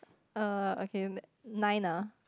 err okay in the nine ah